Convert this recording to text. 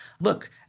Look